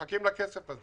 הם מחכים לכסף הזה